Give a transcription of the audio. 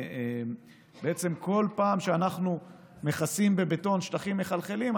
בעצם כל פעם שאנחנו מכסים בבטון שטחים מחלחלים,